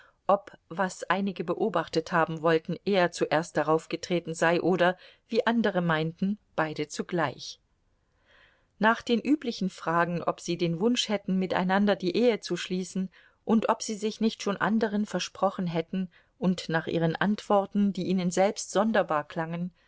ob was einige beobachtet haben wollten er zuerst daraufgetreten sei oder wie andere meinten beide zugleich nach den üblichen fragen ob sie den wunsch hätten miteinander die ehe zu schließen und ob sie sich nicht schon anderen versprochen hätten und nach ihren antworten die ihnen selbst sonderbar klangen